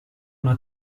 una